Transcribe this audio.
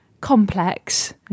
complex